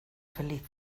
feliz